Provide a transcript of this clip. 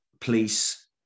police